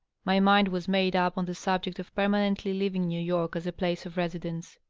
my mind was made up on the subject of permanently leaving new york as a place of residence.